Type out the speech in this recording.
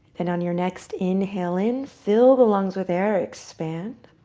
and on your next inhale in, fill the lungs with air. expand.